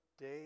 day